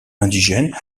indigène